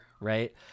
right